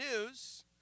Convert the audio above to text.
news